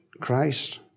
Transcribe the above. Christ